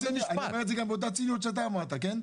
אני גם אומר את זה באותה ציניות שאתה אמרת, כן?